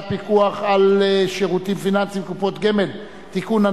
הפיקוח על שירותים פיננסיים (קופות גמל) (תיקון,